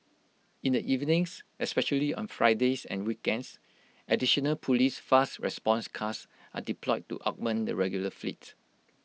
in the evenings especially on Fridays and weekends additional Police fast response cars are deployed to augment the regular fleet